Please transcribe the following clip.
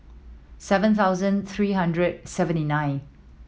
seven thousand three hundred seventy nine